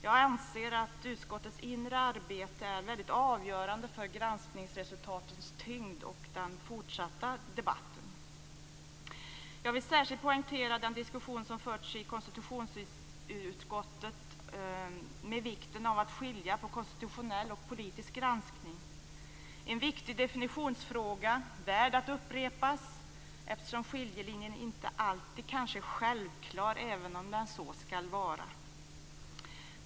Jag anser att utskottets inre arbete är avgörande för granskningsresultatets tyngd och den fortsatta debatten. Jag vill särskilt poängtera den diskussion som förts i konstitutionsutskottet om vikten av att skilja på konstitutionell och politisk granskning - en viktig definitionsfråga värd att upprepas, eftersom skiljelinjen inte alltid är självklar även om den så skall vara.